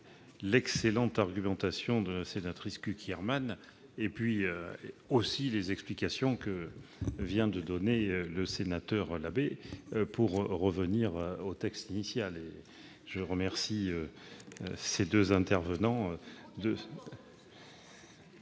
l'excellente argumentation de la sénatrice Cukierman et par les explications que vient de donner le sénateur Labbé en vue d'en revenir au texte initial. Je remercie ces deux intervenants.